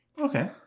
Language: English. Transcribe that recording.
Okay